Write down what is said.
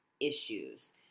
issues